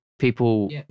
People